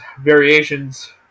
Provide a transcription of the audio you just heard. variations